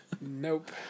Nope